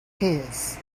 his